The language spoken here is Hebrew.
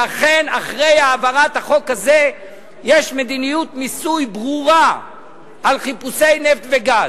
שאכן אחרי העברת החוק הזה יש מדיניות מיסוי ברורה על חיפושי נפט וגז.